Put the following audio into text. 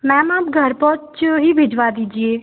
ma'am आप घर पौच ही भिजवा दीजिए